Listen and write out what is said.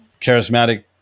charismatic